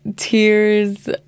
Tears